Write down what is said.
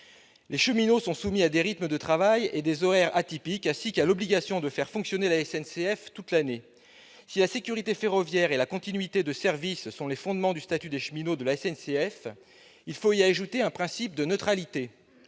les cheminots sont soumis sont atypiques ; en outre, ils ont l'obligation de faire fonctionner la SNCF toute l'année. Si la sécurité ferroviaire et la continuité du service sont les fondements du statut des cheminots de la SNCF, il faut y ajouter un principe de neutralité.